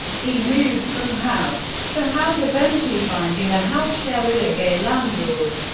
he moves from house to house, eventually finding a houseshare with a gay landlord.